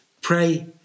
Pray